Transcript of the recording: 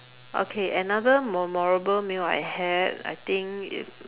okay another memorable meal I had I think is